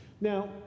Now